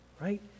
Right